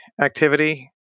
activity